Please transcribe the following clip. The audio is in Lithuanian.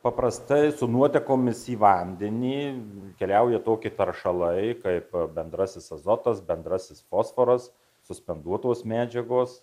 paprastai su nuotekomis į vandenį keliauja tokie teršalai kaip bendrasis azotas bendrasis fosforas suspenduotos medžiagos